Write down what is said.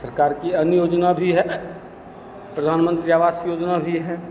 सरकार की अन्य योजना भी है प्रधानमंत्री आवास योजना भी है